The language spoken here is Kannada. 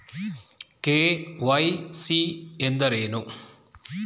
ಕೆ.ವೈ.ಸಿ ಎಂದರೇನು?